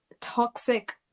toxic